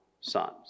sons